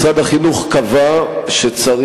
משרד החינוך קבע שצריך,